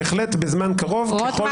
בהחלט בזמן קרוב ככל שאני אוכל,